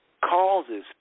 causes